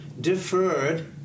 deferred